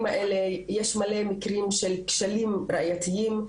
האלה יש מלא מקרים של כשלים ראייתיים,